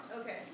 Okay